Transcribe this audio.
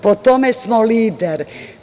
Po tome smo lider.